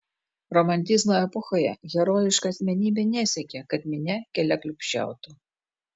romantizmo epochoje herojiška asmenybė nesiekė kad minia keliaklupsčiautų